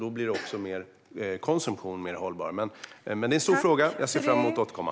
Då blir också konsumtionen mer hållbar. Det är en stor fråga. Jag ser fram emot att återkomma.